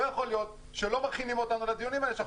לא יכול להיות שלא מכינים אותנו לדיונים האלה.